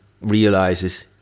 realizes